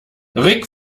rick